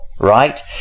Right